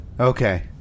Okay